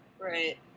right